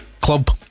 club